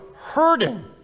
hurting